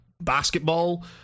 basketball